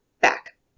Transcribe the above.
back